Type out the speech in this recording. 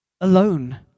alone